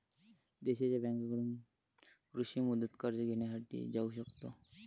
देशांच्या बँकांकडून कृषी मुदत कर्ज घेण्यासाठी जाऊ शकतो